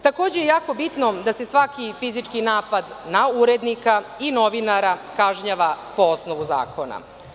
Takođe, jako je bitno da se svaki fizički napad na urednika i novinara kažnjava po osnovu zakona.